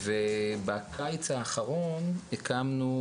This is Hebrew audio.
בקיץ האחרון הקמנו,